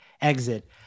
exit